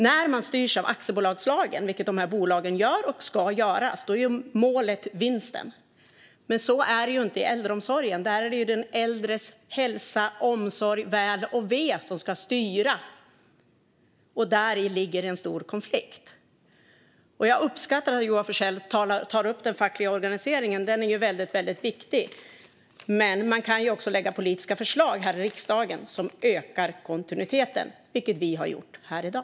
När man styrs av aktiebolagslagen, vilket dessa bolag gör och ska göra, är det vinsten som är målet. Men så är det ju inte i äldreomsorgen; där är det den äldres hälsa, omsorg, väl och ve som ska styra. Däri ligger en stor konflikt. Jag uppskattar att Joar Forssell tar upp den fackliga organiseringen; den är ju väldigt viktig. Men man kan också lägga fram politiska förslag här i riksdagen som ökar kontinuiteten, vilket vi har gjort i dag.